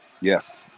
Yes